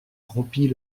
rompit